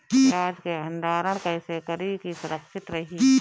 प्याज के भंडारण कइसे करी की सुरक्षित रही?